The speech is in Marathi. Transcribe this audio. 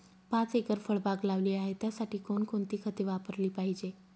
पाच एकर फळबाग लावली आहे, त्यासाठी कोणकोणती खते वापरली पाहिजे?